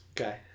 Okay